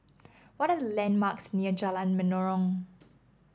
what are the landmarks near Jalan Menarong